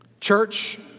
Church